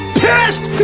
pissed